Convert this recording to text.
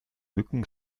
mücken